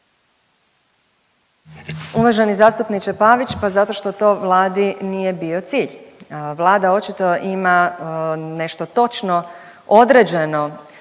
Uvaženi zastupniče Pavić, pa zato što to Vladi nije bio cilj. Vlada očito ima nešto točno određeno